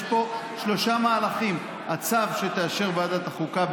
יש פה שלושה מהלכים: הצו שתאשר ועדת החוקה,